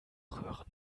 rühren